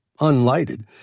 Unlighted